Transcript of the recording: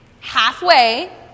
Halfway